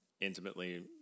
intimately